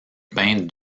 peintre